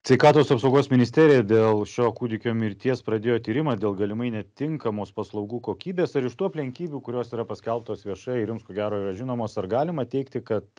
sveikatos apsaugos ministerija dėl šio kūdikio mirties pradėjo tyrimą dėl galimai netinkamos paslaugų kokybės ar iš tų aplinkybių kurios yra paskelbtos viešai ir jums ko gero yra žinomos ar galima teigti kad